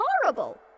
horrible